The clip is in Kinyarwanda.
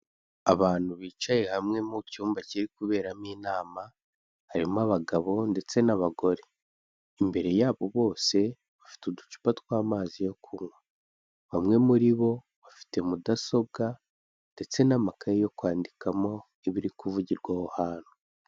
Abantu bicaye hamwe mu cyumba kiri kuberamo inama; harimo abagabo ndetse n'abagore; imbere yabo bose bafite uducupa tw'amazi yo kunywa; bamwe muri bo bafite mudasobwa ndetse n'amakayi yo kwandikamo ibiri kuvugirwa aho hantu.